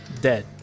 dead